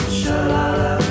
shalala